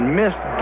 missed